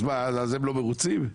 אז הם לא מרוצים?